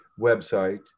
website